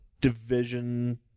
division